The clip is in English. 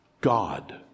God